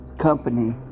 company